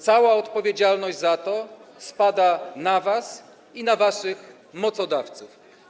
Cała odpowiedzialność za to spada na was i na waszych mocodawców.